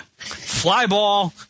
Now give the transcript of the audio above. Flyball